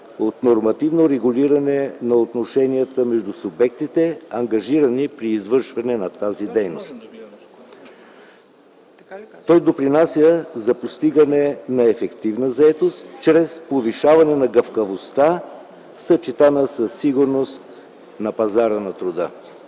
от нормативно регулиране на отношенията между субектите, ангажирани при извършване на тази дейност. Той допринася за постигане на ефективна заетост чрез повишаване на гъвкавостта, съчетана със сигурност на пазара на труда.